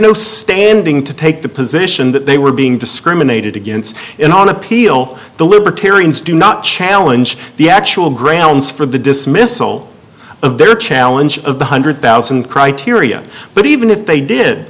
no standing to take the position that they were being discriminated against in on appeal the libertarians do not challenge the actual grounds for the dismissal of their challenge of the hundred thousand criteria but even if they did